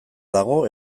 dago